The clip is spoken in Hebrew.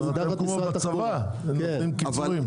עקפנו.